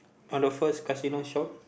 on the first casino shop